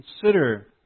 consider